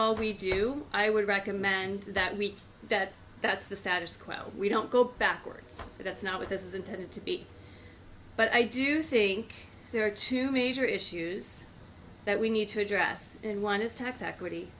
all we do i would recommand that we that that's the status quo we don't go backwards but that's not what this is intended to be but i do think there are two major issues that we need to address and one is tax equity